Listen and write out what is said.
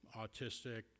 autistic